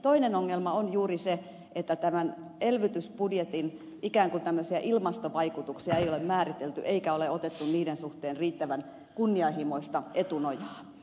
toinen ongelma on juuri se että tämän elvytysbudjetin ikään kuin tämmöisiä ilmastovaikutuksia ei ole määritelty eikä ole otettu niiden suhteen riittävän kunnianhimoista etunojaa